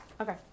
okay